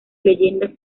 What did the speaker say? leyendas